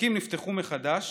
התיקים נפתחו מחדש.